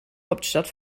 hauptstadt